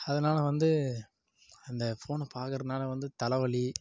அதனால் வந்து அந்த ஃபோனை பார்க்கறதுனால வந்து தலைவலி